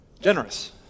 Generous